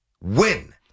win